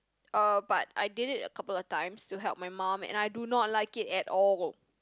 uh but I did it a couple of times to help my mum and I do not like it at all